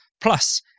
Plus